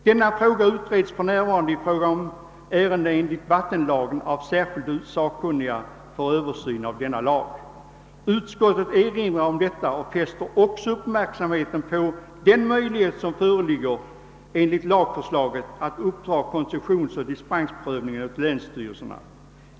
Denna fråga utreds för närvarande i fråga om ärenden enligt vattenlagen av särskilda sakkunniga för översyn av vattenlagen. Utskottet erinrar om detta och fäster också uppmärksamheten på den möjlighet som föreligger enligt lagförslaget att uppdra koncessionsoch dispensprövningen åt länsstyrelserna.